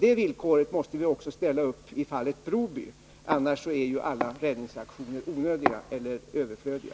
Det villkoret måste vi också ställa upp i fallet Broby industrier. Annars är alla räddningsaktioner onödiga och överflödiga.